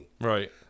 right